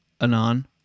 Anon